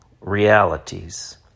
realities